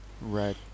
Right